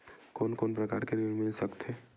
कोन कोन प्रकार के ऋण मिल सकथे?